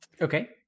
Okay